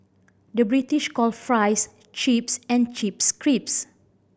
the British call fries chips and chips crisps